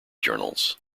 journals